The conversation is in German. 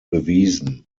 bewiesen